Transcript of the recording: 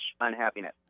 unhappiness